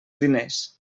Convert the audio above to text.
diners